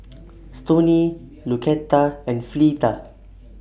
Stoney Lucetta and Fleeta